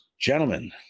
Gentlemen